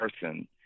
person